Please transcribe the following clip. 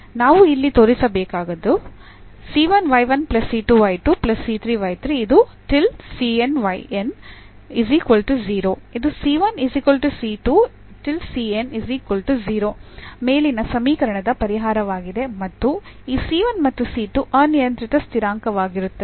ನಾವು ಇಲ್ಲಿ ತೋರಿಸಬೇಕಾದದ್ದು ಮೇಲಿನ ಸಮೀಕರಣದ ಪರಿಹಾರವಾಗಿದೆ ಮತ್ತು ಈ ಮತ್ತು ಅನಿಯಂತ್ರಿತ ಸ್ಥಿರಾಂಕವಾಗಿರುತ್ತದೆ